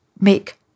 make